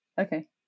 Okay